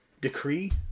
decree